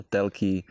Telky